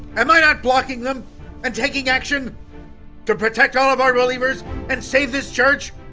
um i not blocking them and taking action to protect all of our believers and save this church?